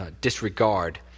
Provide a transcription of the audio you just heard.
disregard